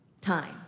time